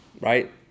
right